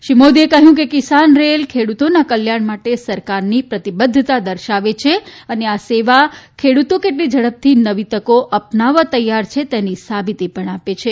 શ્રી મોદીએ કહ્યું કે કિસાન રેલ ખેડૂતોના કલ્યાણ માટે સરકારની પ્રતિબધ્ધતા દર્શાવે છે અને આ સેવા ખેડૂતો કેટલી ઝડપથી નવી તકો અપનાવવા તૈયાર છે તેની સાબીતી પણ આપે છે